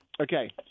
Okay